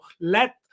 let